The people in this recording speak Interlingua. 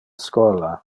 schola